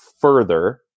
further